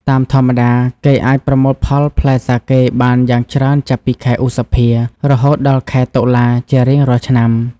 តាមធម្មតា គេអាចប្រមូលផលផ្លែសាកេបានយ៉ាងច្រើនចាប់ពីខែឧសភា រហូតដល់ខែតុលាជារៀងរាល់ឆ្នាំ។